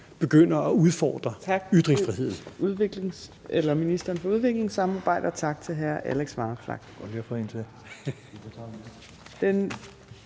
begynder at udfordre ytringsfriheden.